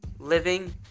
living